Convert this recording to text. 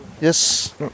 yes